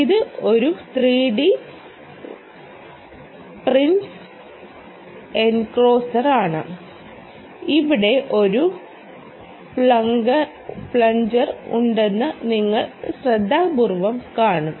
ഇത് ഒരു 3D printed എൻക്ലോസറാണ് ഇവിടെ ഒരു പ്ലംഗർ ഉണ്ടെന്ന് നിങ്ങൾ ശ്രദ്ധാപൂർവ്വം കാണും